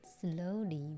slowly